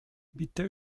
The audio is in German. bitte